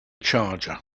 charger